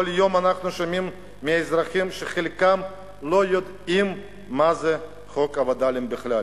כל יום אנחנו שומעים מאזרחים שחלקם לא יודעים מה זה חוק הווד”לים בכלל,